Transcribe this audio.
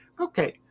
Okay